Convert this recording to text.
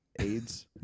AIDS